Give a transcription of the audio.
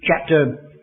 chapter